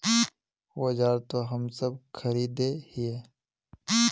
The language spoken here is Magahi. औजार तो हम सब खरीदे हीये?